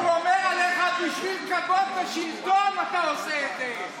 הוא אומר עליך שבשביל כבוד ושלטון אתה עושה את זה.